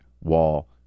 wall